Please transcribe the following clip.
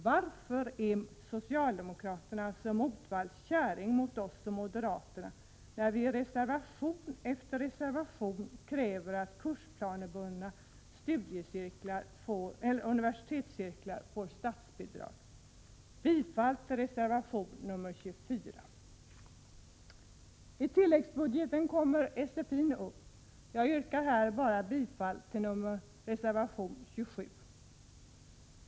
Varför är socialdemokraterna som motvalls käring mot oss och moderaterna när vi i reservation efter reservation kräver att kursplanebundna universitetscirklar skall få statsbidrag? Jag yrkar bifall till reservation nr 24. I tilläggsbudgeten behandlas SFI-undervisningen. Jag nöjer mig här med att yrka bifall till reservation 27.